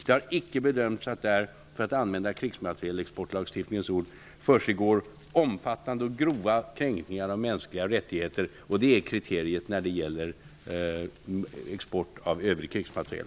Det har icke bedömts att det där, för att använda krigsmateriellagstiftningens ord, försiggår omfattande och grova kränkningar av mänskliga rättigheter, som är kriteriet när det gäller export av övrig krigsmateriel.